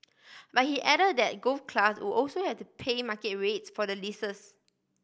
but he add that golf clubs would also has to pay market rates for the leases